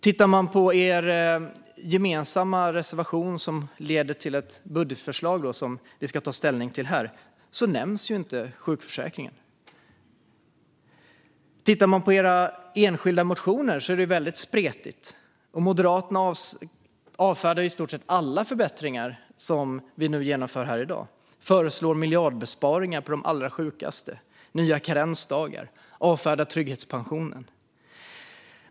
Tittar man på er gemensamma reservation, som ledde till ett budgetförslag som vi ska ta ställning till här, ser man att sjukförsäkringen inte nämns. Tittar man på era enskilda motioner ser man att det är väldigt spretigt. Moderaterna avfärdar i stort sett alla förbättringar som vi genomför här i dag. De föreslår miljardbesparingar på de allra sjukaste. De föreslår nya karensdagar och avfärdar trygghetspensionen.